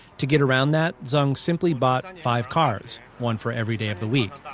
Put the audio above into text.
to get around that, zeng simply bought five cars one for every day of the week.